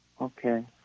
Okay